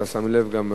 אתה שם לב גם,